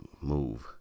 move